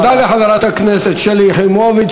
תודה לחברת הכנסת שלי יחימוביץ.